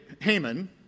Haman